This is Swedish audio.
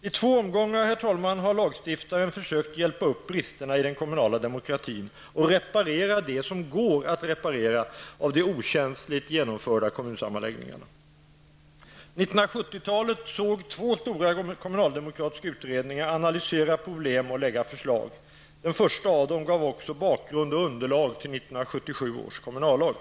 I två omgångar har lagstiftaren försökt hjälpa upp bristerna i den kommunala demokratin och reparera det som går att reparera av de okänsligt genomförda kommunsammanläggningarna. 1970-talet såg två stora kommunaldemokratiska utredningar analysera problemen och lägga fram förslag. Den första av dem gav också bakgrund och underlag till 1977 års kommunallag.